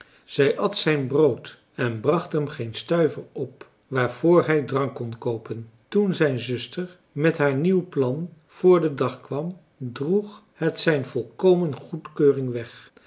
zij at zijn brood en bracht hem geen stuiver op waarvoor hij drank kon koopen toen zijn zuster met haar nieuw plan voor den dag kwam droeg het zijn volkomen goedkeuring weg